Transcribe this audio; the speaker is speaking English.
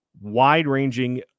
wide-ranging